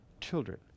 children